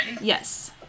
yes